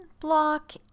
block